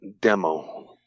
demo